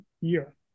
year